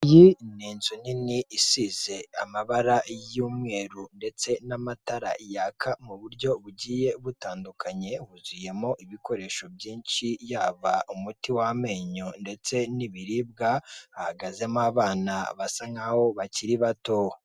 Iyi ni inzu nini isize amabara y'umweru, ndetse n'amatara yaka mu buryo bugiye butandukanye huzuyemo ibikoresho byinshi yaba umuti w'amenyo, ndetse n'ibiribwa hahagazemo abana basa nkaho bakiri batowa.